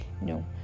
No